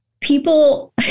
People